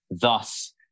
thus